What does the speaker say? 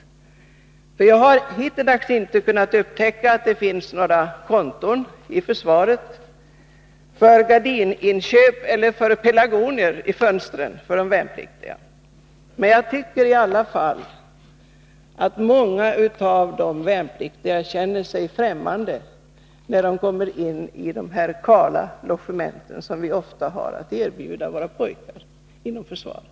Hittills har jag inte kunnat upptäcka att det finns några konton i försvaret för inköp av gardiner eller pelargonier i fönstren för de värnpliktiga. Men jag tror i alla fall att många av de värnpliktiga känner sig främmande när de kommer in i de kala logement som vi ofta har att erbjuda våra pojkar inom försvaret.